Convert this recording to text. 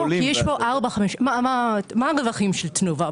מה הרווחים של תנובה?